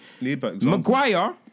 Maguire